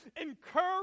encourage